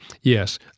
yes